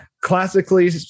classically